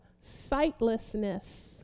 sightlessness